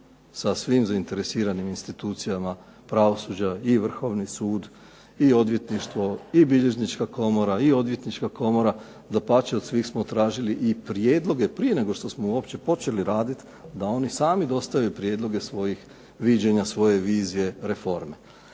sa svim zainteresiranim institucijama pravosuđa, i Vrhovni sud i odvjetništvo i Bilježnička komora i Odvjetnička komora. Dapače, od svih smo tražili i prijedloge prije nego što smo uopće počeli radit da oni sami dostave prijedloge svojih viđenja, svoje vizije reforme.